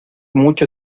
mucho